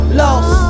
lost